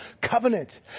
covenant